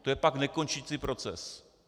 To je pak nekončící proces.